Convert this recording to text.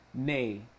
Nay